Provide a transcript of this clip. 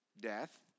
Death